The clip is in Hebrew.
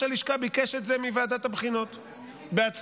הלשכה ביקש את זה מוועדת הבחינות בעצמו,